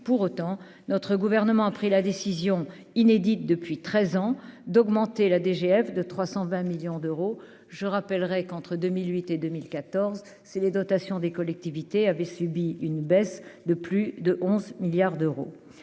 pour autant notre gouvernement a pris la décision inédite depuis 13 ans, d'augmenter la DGF de 320 millions d'euros, je rappellerai qu'entre 2008 et 2014, c'est les dotations des collectivités avait subi une baisse de plus de 11 milliards d'euros,